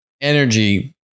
Energy